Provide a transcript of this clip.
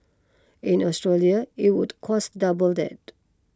in Australia it would cost double that